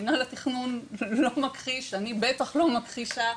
מנהל התכנון לא מכחיש, אני בטח לא מכחישה.